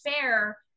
fair